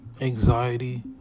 anxiety